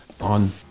on